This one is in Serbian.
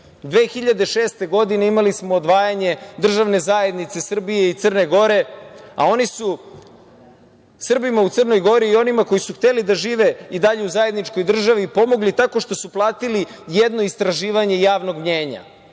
2006. imali smo odvajanje Državne zajednice Srbije i Crne Gore, a oni su Srbima u Crnoj Gori i onima koji su hteli da žive i dalje u zajedničkoj državi pomogli tako što su platili jedno istraživanje javnog mnjenja.